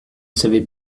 savait